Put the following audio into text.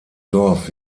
dorf